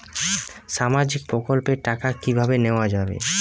সামাজিক প্রকল্পের টাকা কিভাবে নেওয়া যাবে?